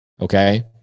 Okay